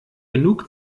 genug